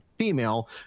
female